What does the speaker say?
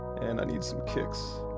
and i need some kicks.